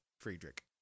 Friedrich